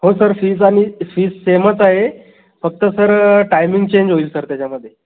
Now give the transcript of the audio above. हो sir fees आम्ही fees सेमच आहे फक्त सर टाईमिंग चेन्ज होईल सर त्याच्यामध्ये